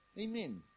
Amen